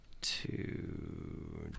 Two